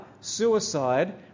suicide